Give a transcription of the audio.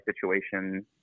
situation